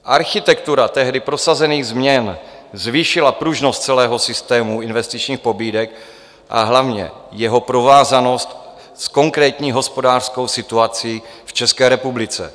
Architektura tehdy prosazených změn zvýšila pružnost celého systému investičních pobídek, a hlavně jeho provázanost s konkrétní hospodářskou situací v České republice.